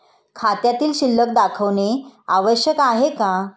खात्यातील शिल्लक दाखवणे आवश्यक आहे का?